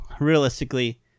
realistically